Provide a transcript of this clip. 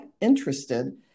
interested